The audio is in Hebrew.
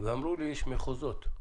ואמרו לי שיש מחוזות.